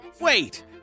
wait